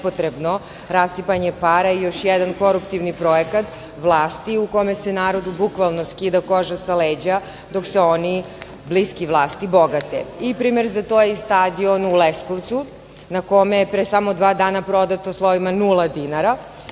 nepotrebno rasipanje para i još jedan koruptivni projekat vlasti u kome se narodu bukvalno skida koža za leđa dok se oni bliski vlasti bogate. Primer za to je i stadion u Leskovcu, na kome je pre samo dva dana prodato slovima nula dinara